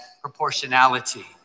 proportionality